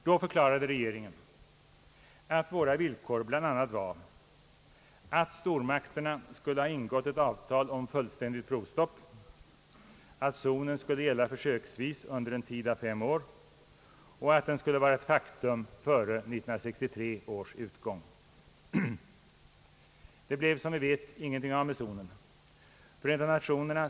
Då förklarade regeringen att våra villkor bl.a. innebar att stormakterna skulle ha ingått ett avtal om fullständigt provstopp, att zonen skulle gälla försöksvis under en tid av fem år och att den skulle' vara ett faktum före 1963 års utgång. Det blev, som vi vet, ingenting av med zonen.